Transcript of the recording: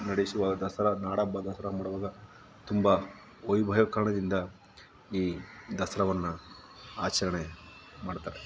ನಡೆಸುವಾಗ ದಸರಾ ನಾಡ ಹಬ್ಬ ದಸರಾ ಮಾಡುವಾಗ ತುಂಬ ವೈಭವೀಕರಣದಿಂದ ಈ ದಸರಾವನ್ನು ಆಚರಣೆ ಮಾಡ್ತಾರೆ